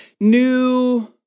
new